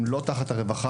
שהם לא תחת הרווחה.